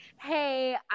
hey